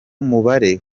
mubare